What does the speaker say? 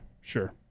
sure